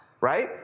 right